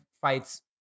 fights